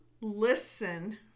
listen